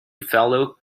fellow